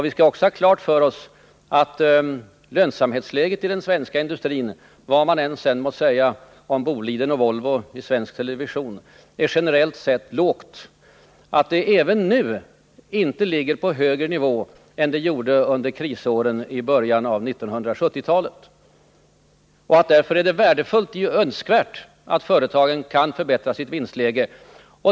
Vi skall också ha klart för oss att lönsamhetsläget i den svenska industrin — vad man sedan än må säga i svensk television om Boliden och Volvo — generellt sett är lågt. Inte ens nu ligger det på högre nivå än det gjorde under krisåren i början av 1970-talet. Därför är det värdefullt och önskvärt att företagen kan förbättra sitt vinstläge.